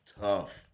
tough